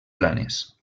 planes